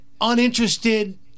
uninterested